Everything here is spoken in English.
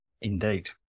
Indeed